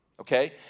Okay